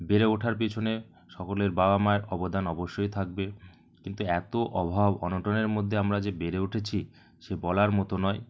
বেড়ে ওঠার পেছনে সকলের বাবা মায়ের অবদান অবশ্যই থাকবে কিন্তু এত অভাব অনটনের মধ্যে আমরা যে বেড়ে উঠেছি সে বলার মতো নয়